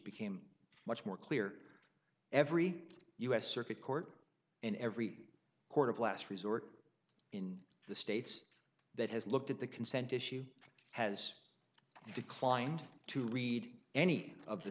became much more clear every u s circuit court and every court of last resort in the states that has looked at the consent issue has declined to read any of the